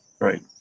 right